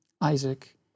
Isaac